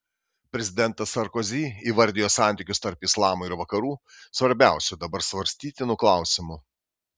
prezidentas sarkozi įvardijo santykius tarp islamo ir vakarų svarbiausiu dabar svarstytinu klausimu